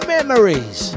Memories